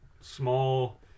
small